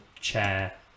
chair